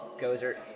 Gozer